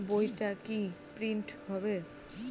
বইটা কি প্রিন্ট হবে?